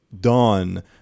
done